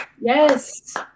Yes